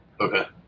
Okay